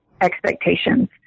expectations